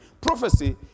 prophecy